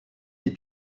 des